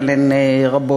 אבל הן רבות.